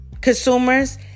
consumers